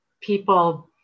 people